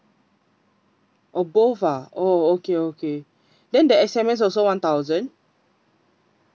oh both ah oh okay okay then the S_M_S also one thousand